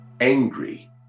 angry